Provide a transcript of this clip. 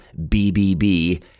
BBB